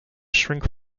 shrink